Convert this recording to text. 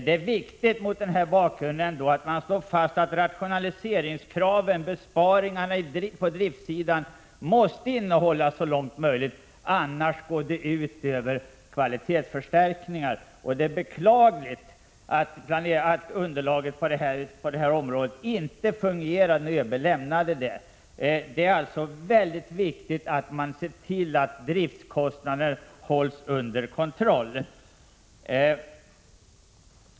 Det är viktigt mot den bakgrunden att slå fast att rationaliseringskraven, besparingarna på driftsidan, måste hållas så långt möjligt. Annars går det ut över kvalitetsförstärkningar. Det är beklagligt att underlaget på det här området inte var rätt när ÖB lämnade det. Det är alltså viktigt att se till att driftskostnaderna hålls under kontroll.